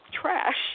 trash